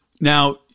now